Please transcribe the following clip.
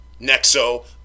Nexo